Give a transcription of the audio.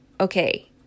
okay